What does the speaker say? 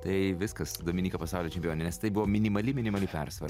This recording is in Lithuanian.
tai viskas dominyka pasaulio čempionė nes tai buvo minimali minimali persvara